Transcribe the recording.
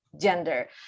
gender